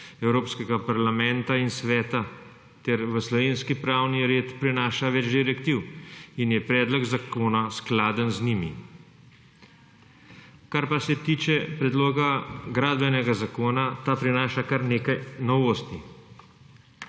Evropskega parlamenta in Sveta ter v slovenski pravni red prinaša več direktiv in je predlog zakona skladen z njimi. Kar pa se tiče predloga Gradbene zakona, ta prinaša kar nekaj novosti.